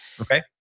okay